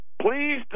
please